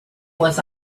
was